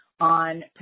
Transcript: on